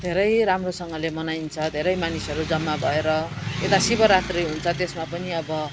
धेरै राम्रोसँगले मनाइन्छ धेरै मानिसहरू जम्मा भएर यता शिवरात्री हुन्छ त्यसमा पनि अब